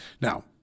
now